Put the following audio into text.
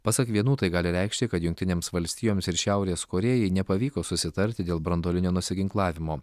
pasak vienų tai gali reikšti kad jungtinėms valstijoms ir šiaurės korėjai nepavyko susitarti dėl branduolinio nusiginklavimo